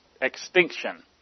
extinction